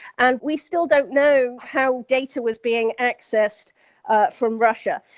and we still don't know how data was being accessed from russia.